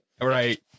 Right